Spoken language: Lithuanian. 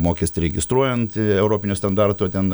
mokestį registruojant europinio standarto ten